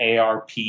ARP